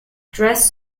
dress